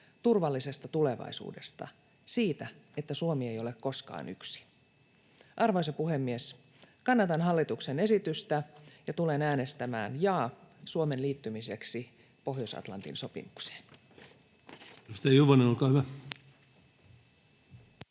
turvallisesta tulevaisuudesta, siitä, että Suomi ei ole koskaan yksin. Arvoisa puhemies! Kannatan hallituksen esitystä ja tulen äänestämään ”jaa” Suomen liittymiseksi Pohjois-Atlantin sopimukseen.